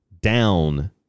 down